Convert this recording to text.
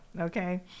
okay